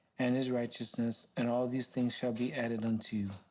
and his righteousness, and all these things shall be added unto you.